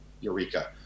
eureka